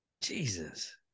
Jesus